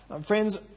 Friends